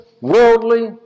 worldly